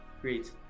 great